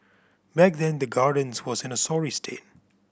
back then the Gardens was in a sorry state